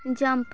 jump